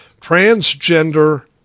transgender